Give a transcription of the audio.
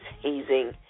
hazing